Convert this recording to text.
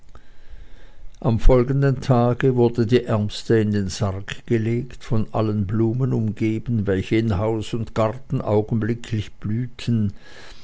am folgenden tage wurde die ärmste in den sarg gelegt von allen blumen umgeben welche in haus und garten augenblicklich blüheten